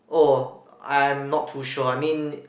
oh I'm not too sure I mean